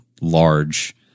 large